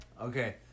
Okay